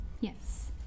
yes